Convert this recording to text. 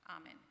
Amen